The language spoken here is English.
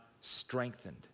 strengthened